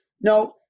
No